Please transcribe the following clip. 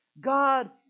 God